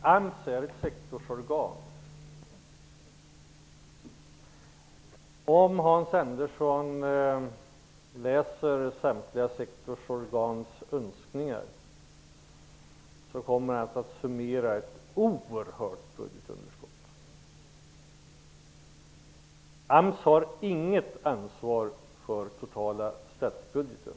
Herr talman! AMS är ett sektorsorgan. Om Hans Andersson läser samtliga sektororgans önskningar skulle han kunna summera ett oerhört budgetunderskott. AMS har inget ansvar för den totala statsbudgeten.